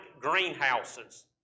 greenhouses